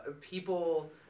people